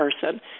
person